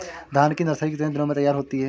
धान की नर्सरी कितने दिनों में तैयार होती है?